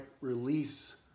release